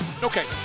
Okay